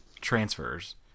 transfers